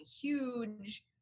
huge